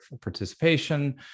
participation